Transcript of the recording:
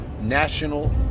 National